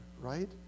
right